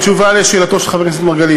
בתשובה על שאלתו של חבר הכנסת מרגלית,